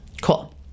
Cool